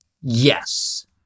yes